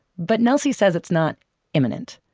but nelsy says it's not imminent.